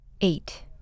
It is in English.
Eight